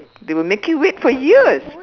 they will make you wait for years